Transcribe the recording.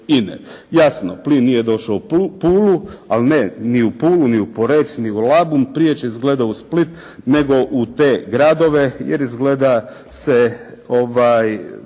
INE. Jasno, plin nije došao u Pulu, ali ne, ni u Pulu, ni u Poreč ni u Labun, prije će izgleda u Split nego u te gradove, jer izgleda se ne